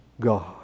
God